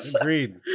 Agreed